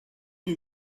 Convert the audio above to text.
you